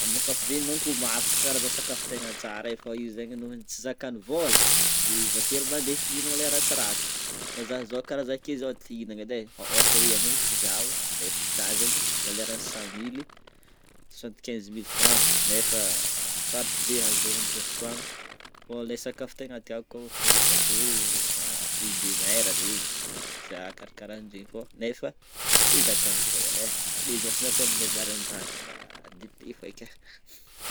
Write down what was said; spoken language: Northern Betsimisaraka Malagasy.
Amin'ny ankapobeny manko s- karazagny maro sakafo tegna tsara io zegny nony tsy zakan'ny vola de votery mandefitry hinana le ratsiratsy, fa za zo, karaha za akeo io zo te hinana edy e, ôhatra hoe avy amin'ny pizza ô, nefa pizza zegny valeurs cent mille, soixant-quinze mille francs nefa sarotry be hahazo zegny amizao fotoagna, bon le sakafo tegna tiako ôhatra hoe gâteaux, na fruit de mer na pizza karahakarahanzegny fogna nefa tsy zakan'ny vola e, de miafyafy amin'ny vary amin'agnana dité fô eky e.